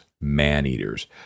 man-eaters